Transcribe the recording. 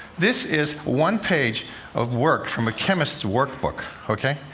this is one page of work from a chemist's workbook, ok?